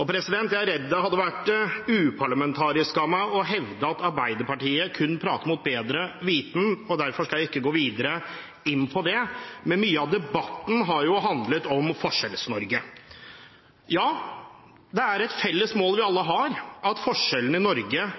Og jeg er redd det hadde vært uparlamentarisk av meg å hevde at Arbeiderpartiet kun prater mot bedre vitende, derfor skal jeg ikke gå videre inn på det. Mye av debatten har handlet om Forskjells-Norge. Ja, det er et felles mål vi alle har at